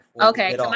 Okay